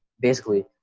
basically,